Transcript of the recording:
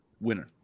winner